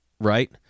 Right